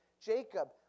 Jacob